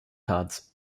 cards